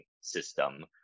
system